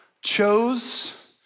Chose